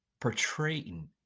portraying